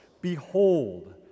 Behold